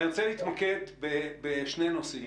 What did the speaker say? אני רוצה להתמקד בשני נושאים.